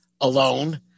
alone